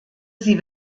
sie